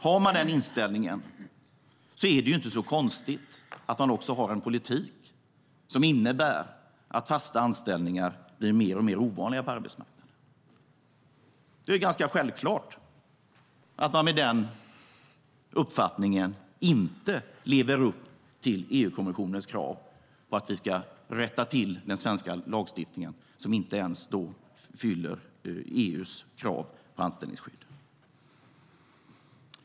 Har man den inställningen är det inte så konstigt att man också för en politik som innebär att fasta anställningar blir mer och mer ovanliga på arbetsmarknaden. Det är ganska självklart att man med den uppfattningen inte lever upp till EU-kommissionens krav på att vi ska rätta till den svenska lagstiftningen, som inte ens fyller EU:s krav på anställningsskydd.